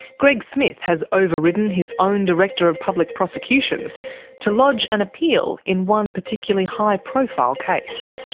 greg smith has overridden his own director of public prosecutions to lodge an appeal in one particularly high profile case.